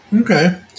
Okay